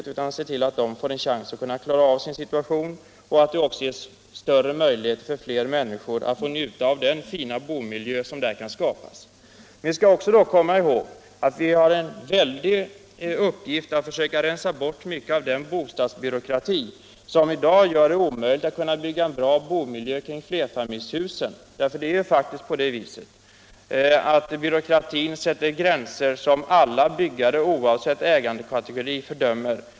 Man bör i stället se till att de människorna får en chans att klara av sin situation och att det också ges större möjlighet för fler människor att få njuta av den fina bomiljö som där kan skapas. Vi skall då komma ihåg att vi har en väldig uppgift att försöka rensa bort mycket av den bostadsbyråkrati som i dag gör det omöjligt att bygga en bra bomiljö kring flerfamiljshusen. Det är faktiskt på det viset att byråkratin sätter gränser som alla byggare oavsett ägarkategori fördömer.